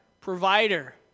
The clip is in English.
provider